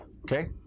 Okay